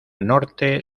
norte